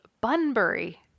Bunbury